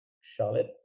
Charlotte